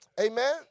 Amen